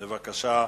בבקשה,